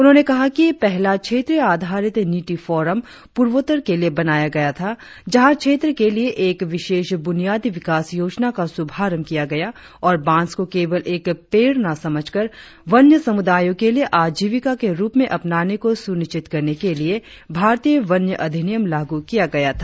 उन्होंने कहा कि पहला क्षेत्रीय आधारित नीति फॉरम पूर्वोत्तर के लिए बनाया गया था जहा क्षेत्र के लिए एक विशेष ब्रुनियादी विकास योजना का शुभारंभ किया गया और बांस को केवल एक पेड़ न समझकर वन्य समुदायों के लिए आजीविका के रुप में अपनाने को सुनिश्चित करने के लिए भारतीय वन्य अधिनियम लागू किया गया था